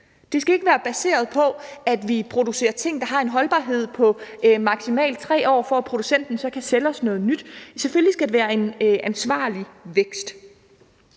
Det skal ikke være baseret på, at vi producerer ting, der har en holdbarhed på maksimalt 3 år, for at producenten så kan sælge os noget nyt. Selvfølgelig skal det være en ansvarlig vækst.